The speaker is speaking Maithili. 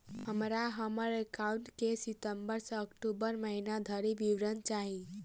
हमरा हम्मर एकाउंट केँ सितम्बर सँ अक्टूबर महीना धरि विवरण चाहि?